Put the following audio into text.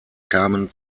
kamen